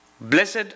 Blessed